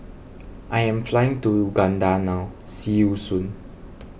I am flying to Uganda now see you soon